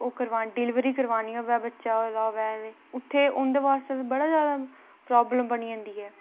ओह् करवानी डलीवरी करानी होऐ बच्चा होए दा होऐ उत्थै उंदे आस्तै ते बड़ा जादा प्रॉब्लम बनी जंदी ऐ